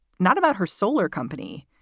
not about her solar company,